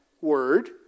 word